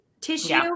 tissue